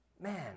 Man